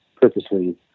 purposely